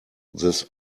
this